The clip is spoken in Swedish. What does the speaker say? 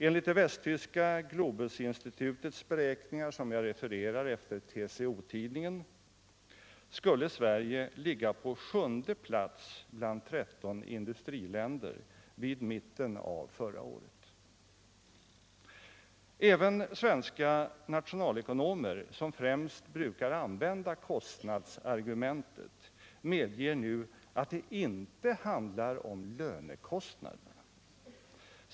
Enligt det västtyska Globusinstitutets beräkningar, som jag refererar efter TCO tidningen, skulle Sverige ligga på sjunde plats bland 13 industriländer vid mitten av förra året. Även svenska nationalekonomer, som främst brukar använda kostnadsargumentet, medger nu att det inte handlar om lönekostnaderna.